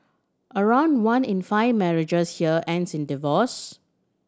around one in five marriages here ends in divorce